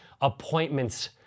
appointments